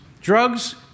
Drugs